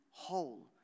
whole